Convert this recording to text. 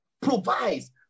provides